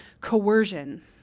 coercion